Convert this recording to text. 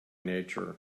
nature